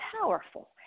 powerful